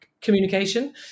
communication